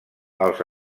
els